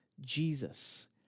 Jesus